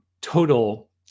total